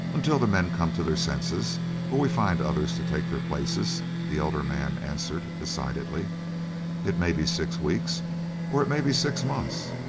until the men come to their senses or we find others to take their places, the elder man answered, decidedly it may be six weeks or it may be six months.